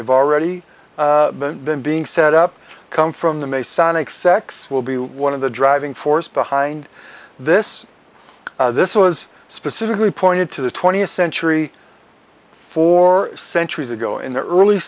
they've already been being set up come from them a sonic sex will be one of the driving force behind this this was specifically pointed to the twentieth century for centuries ago in the early